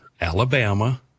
Alabama